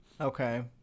Okay